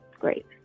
great